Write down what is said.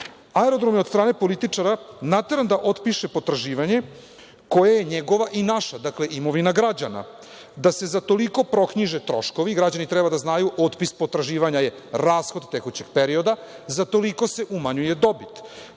aerodrom je od strane političara nateran da otpiše potraživanje koje je njegova i naša, dakle, imovina građana, da se za toliko proknjiže troškovi. Građani treba da znaju, otpis potraživanja je rashod tekućeg perioda, za toliko se umanjuje dobit.